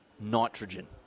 nitrogen